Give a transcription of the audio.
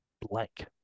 Blank